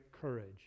courage